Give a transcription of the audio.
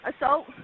assault